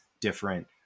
different